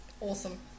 Awesome